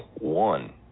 one